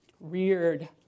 reared